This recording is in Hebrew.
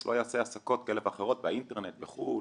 לא יעשה עסקות כאלה ואחרות באינטרנט בחו"ל,